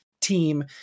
team